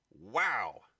Wow